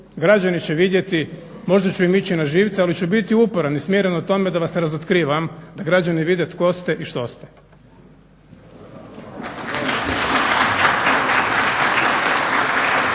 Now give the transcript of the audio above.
Građani će vidjeti, možda ću im ići na živce ali ću biti uporan i smiren u tome da vas razotkrivam da građani vide tko ste i što ste.